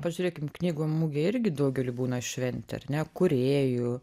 pažiūrėkim knygų mugė irgi daugeliui būna šventė ar ne kūrėjų